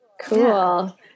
Cool